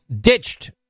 ditched